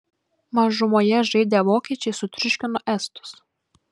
mažumoje žaidę vokiečiai sutriuškino estus